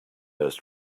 first